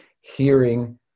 hearing